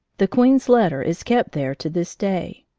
the queen's letter is kept there to this day.